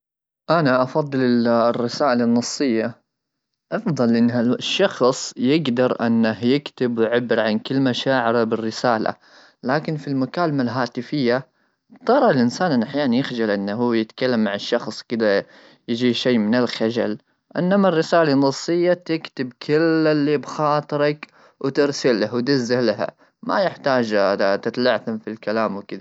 انا افضل الرسائل النصيه افضل شخص يقدر انه يكتب عبر عن كلمه شاعره بالرساله ,لكن في المكالمه الهاتفيه ,ترى الانسان احيانا يخجل انه يتكلم مع الشخص ,كذا يجي شيء من الخجل انما الرساله النصيه تكتب كل اللي بخاطرك وترسله ودزه لها ما يحتاج تتلعثم في الكلام.